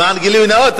למען הגילוי הנאות,